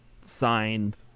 signed